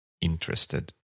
interested